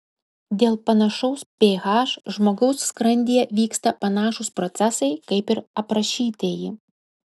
dėl panašaus ph žmogaus skrandyje vyksta panašūs procesai kaip ir aprašytieji